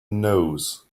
nose